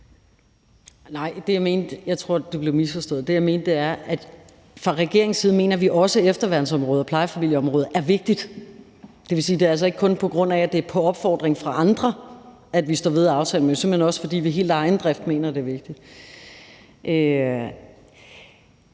Det, jeg mente, var, at vi fra regeringens side også mener, at efterværnsområdet og plejefamilieområdet er vigtigt. Det vil altså sige, at det ikke kun er på grund af, at det er på opfordring fra andre, at vi står ved aftalen, men at det jo simpelt hen også er, fordi vi helt af egen drift mener, at det er vigtigt.